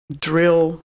drill